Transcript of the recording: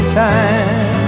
time